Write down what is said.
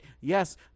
Yes